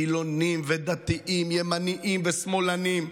חילונים ודתיים, ימנים ושמאלנים,